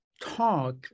talk